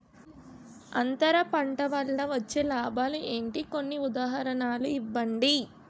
అంతర పంట వల్ల వచ్చే లాభాలు ఏంటి? కొన్ని ఉదాహరణలు ఇవ్వండి?